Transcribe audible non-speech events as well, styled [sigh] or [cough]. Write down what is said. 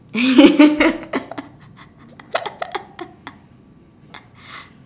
[laughs]